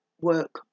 work